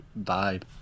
vibe